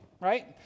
right